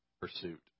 pursuit